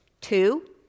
Two